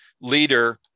leader